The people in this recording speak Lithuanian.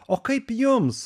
o kaip jums